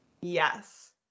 Yes